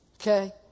Okay